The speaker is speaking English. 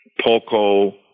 Poco